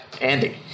Andy